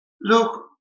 Look